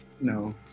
No